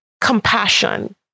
compassion